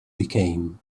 became